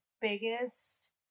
biggest